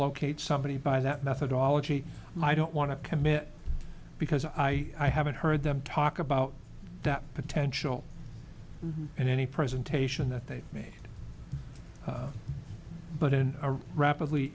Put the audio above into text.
locate somebody by that methodology i don't want to commit because i haven't heard them talk about that potential and any presentation that they've made but in a rapidly